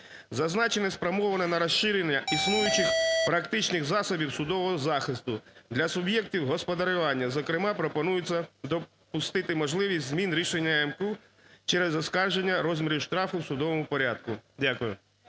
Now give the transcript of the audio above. Зазначене спрямоване на розширення існуючих практичних засобів судового захисту для суб'єктів господарювання, зокрема, пропонується допустити можливість змін рішення АМКУ через оскарження розмірів штрафу в судовому порядку, Дякую.